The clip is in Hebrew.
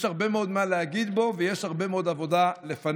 יש הרבה מאוד מה להגיד בו ויש הרבה מאוד עבודה לפנינו,